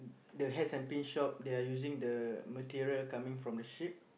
the hats and pins shop they're using the material coming from the ship